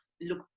Look